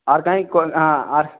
और कहीं कौन और